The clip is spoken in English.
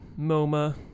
MoMA